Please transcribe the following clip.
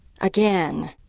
again